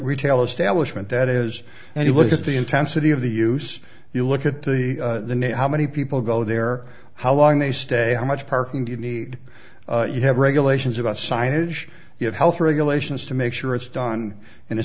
retail establishment that is and you look at the intensity of the use you look at the net how many people go there how long they stay how much parking you need you have regulations about signage you have health regulations to make sure it's done in